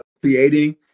creating